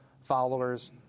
followers